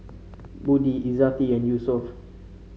Budi Izzati and Yusuf